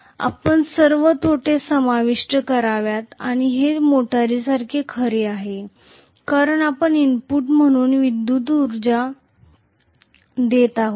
आपण सर्व तोटे समाविष्ट कराव्यात आणि हे मोटारसाठी खरे आहे कारण आपण इनपुट म्हणून विद्युत ऊर्जा देत आहोत